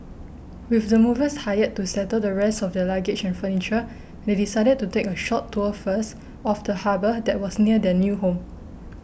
with the movers hired to settle the rest of their luggage and furniture they decided to take a short tour first of the harbour that was near their new home